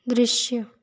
दृश्य